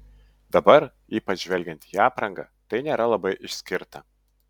dabar ypač žvelgiant į aprangą tai nėra labai išskirta